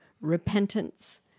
repentance